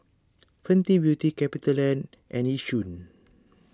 Fenty Beauty CapitaLand and Yishion